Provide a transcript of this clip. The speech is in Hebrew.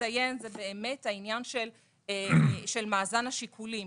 לציין זה באמת העניין של מאזן השיקולים.